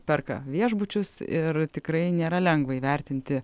perka viešbučius ir tikrai nėra lengva įvertinti